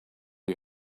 you